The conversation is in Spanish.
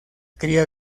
cría